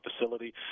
facility